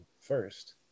first